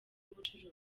ubucuruzi